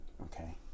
Okay